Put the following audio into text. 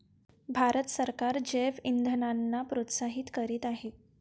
भारत सरकार जैवइंधनांना प्रोत्साहित करीत आहे